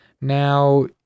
Now